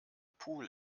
pool